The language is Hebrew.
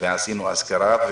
ועשינו אזכרה.